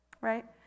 Right